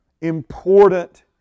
important